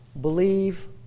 Believe